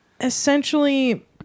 essentially